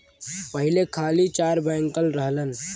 पहिले खाली चार बैंकन रहलन